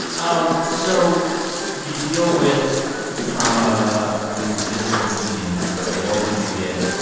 um so you deal with the trauma through disordered eating. but the older you get,